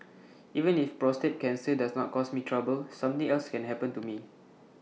even if prostate cancer does not cause me trouble something else can happen to me